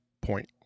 point